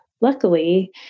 luckily